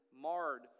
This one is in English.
marred